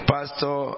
Pastor